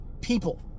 people